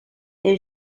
est